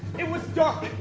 it was dark,